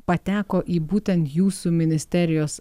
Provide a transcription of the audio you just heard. pateko į būtent jūsų ministerijos